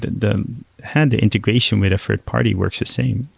the handy integration with a third-party works the same.